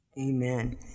Amen